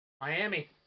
Miami